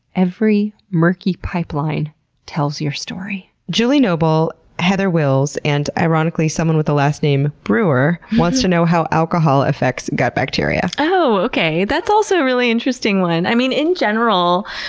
every murky pipeline tells your story. julie noble, heather wills, and ironically someone with the last name brewer, wants to know how alcohol affects gut bacteria. oh! okay. that's also a really interesting one. i mean, in general,